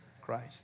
Christ